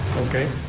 okay,